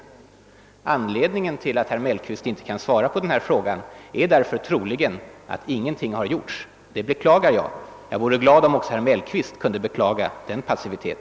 Anledningen till att herr Mellqvist inte kan svara på mina frågor är därför troligen att ingenting har gjorts. Det beklagar jag. Jag vore glad om också herr Mellqvist kunde beklaga denna passivitet.